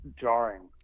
jarring